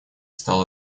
стал